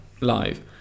Live